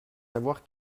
savoir